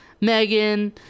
Megan